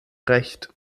recht